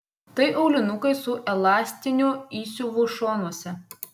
tai aulinukai su elastiniu įsiuvu šonuose